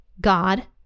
God